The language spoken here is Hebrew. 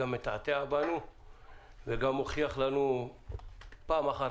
הוא מתעתע בנו והוא גם מוכיח לנו פעם אחר